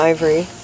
Ivory